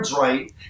Right